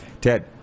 ted